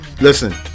listen